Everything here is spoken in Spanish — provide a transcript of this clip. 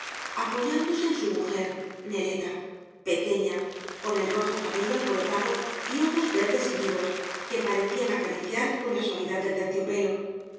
apoyándose en bu mujer neleta pequeña con el rojo cabello alborotado y ojos verdes y vivos que parecían acariciar con la suavidad del terciopelo